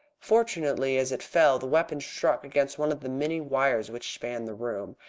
fortunately, as it fell, the weapon struck against one of the many wires which spanned the room,